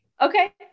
Okay